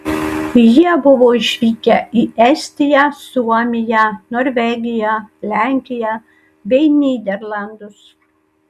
jie buvo išvykę į estiją suomiją norvegiją lenkiją bei nyderlandus